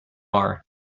are